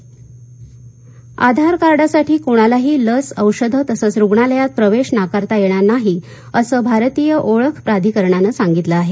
आधार आधार कार्डासाठी कोणालाही लस औषधं तसंच रुग्णालयात प्रवेश नाकारता येणार नाही असं भारतीय ओळख प्राधिकरणानं सांगितलं आहे